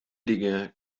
dinge